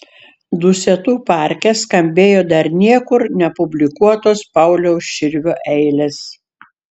dusetų parke skambėjo dar niekur nepublikuotos pauliaus širvio eilės